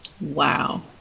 wow